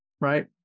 right